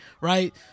right